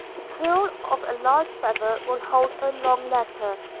the quill of a large feather will hold a long letter,